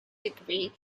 degree